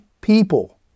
people